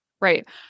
Right